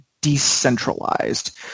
decentralized